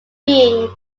being